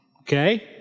okay